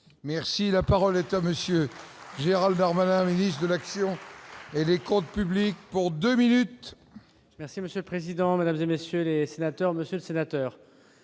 Merci, la parole est à monsieur Gérald armada de l'action et des comptes publics pour 2 minutes. Merci monsieur le président, Mesdames et messieurs les sénateurs, Monsieur le sénateur